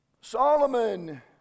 Solomon